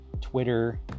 Twitter